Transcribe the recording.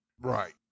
Right